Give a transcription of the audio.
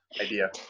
idea